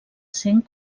sent